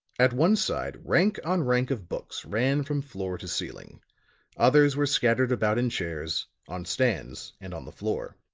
at one side, rank on rank of books ran from floor to ceiling others were scattered about in chairs, on stands and on the floor.